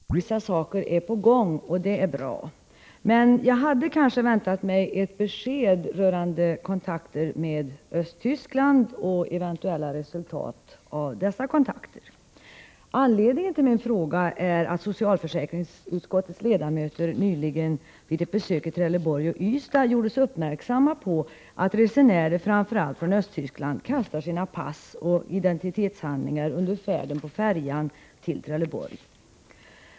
Herr talman! Jag ber att få tacka statsrådet för svaret. Jag kan konstatera att vissa saker är på gång, och det är bra. Jag hade kanske väntat mig ett besked rörande kontakter med Östtyskland och eventuella resultat av dessa kontakter. Anledningen till min fråga är att socialförsäkringsutskottets ledamöter nyligen vid ett besök i Trelleborg och Ystad gjordes uppmärksamma på att resenärer framför allt från Östtyskland kastar sina pass och identitetshandlingar under färden på färjan till Trelleborg.